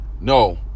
no